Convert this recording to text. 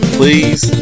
please